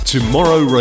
Tomorrow